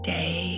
day